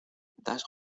das